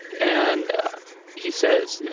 and he says,